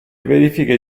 verifiche